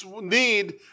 need